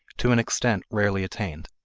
to an extent rarely attained.